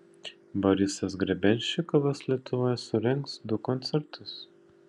borisas grebenščikovas lietuvoje surengs du koncertus